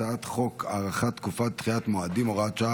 הצעת חוק הארכת תקופות ודחיית מועדים (הוראת שעה,